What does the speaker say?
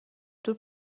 دور